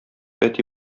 әти